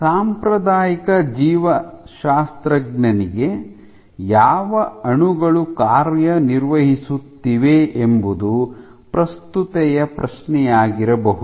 ಸಾಂಪ್ರದಾಯಿಕ ಜೀವಶಾಸ್ತ್ರಜ್ಞನಿಗೆ ಯಾವ ಅಣುಗಳು ಕಾರ್ಯನಿರ್ವಹಿಸುತ್ತಿವೆ ಎಂಬುದು ಪ್ರಸ್ತುತತೆಯ ಪ್ರಶ್ನೆಯಾಗಿರಬಹುದು